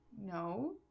no